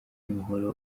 umuhoro